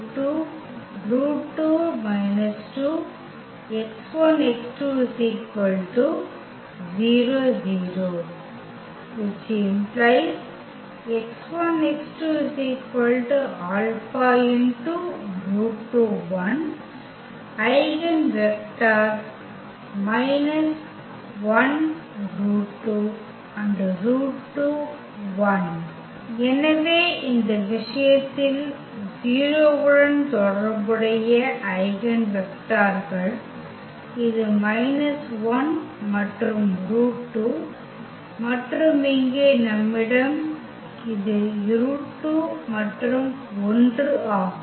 eigen vectors எனவே இந்த விஷயத்தில் 0 உடன் தொடர்புடைய ஐகென் வெக்டர்கள் இது 1 மற்றும் √2 மற்றும் இங்கே நம்மிடம் இது √2 மற்றும் 1 ஆகும்